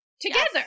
together